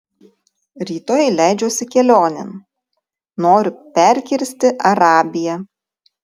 rytoj leidžiuosi kelionėn noriu perkirsti arabiją